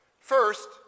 First